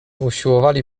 usiłowali